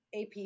AP